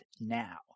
now